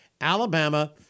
Alabama